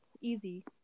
easy